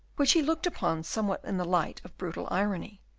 which he looked upon somewhat in the light of brutal irony,